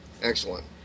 Excellent